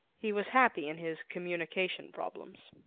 he was happy in his communication problems.